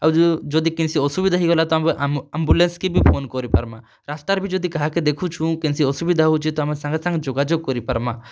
ଆଉ ଯ ଯଦି କେନ୍ସି ଅସୁବିଧା ହେଇଗଲା ତ ଆମ୍ବୁଲାନ୍ସ୍ କେ ବି ଫୋନ୍ କରିପାର୍ମା ରାସ୍ତାରେ ବି ଯଦି କାହାକେ ଦେଖୁଛୁଁ କେନ୍ସି ଅସୁବିଧା ହେଉଛେ ତ ଆମେ ସାଙ୍ଗେସାଙ୍ଗେ ଯୋଗାଯୋଗ୍ କରିପାର୍ମା